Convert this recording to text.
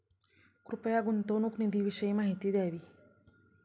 कृपया गुंतवणूक निधीविषयी माहिती द्यावी